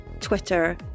Twitter